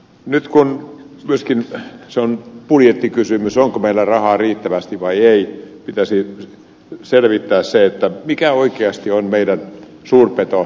nyt kun se on myöskin budjettikysymys onko meillä rahaa riittävästi vai ei pitäisi selvittää se mikä oikeasti on meidän suurpetotilanne